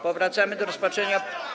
Powracamy do rozpatrzenia.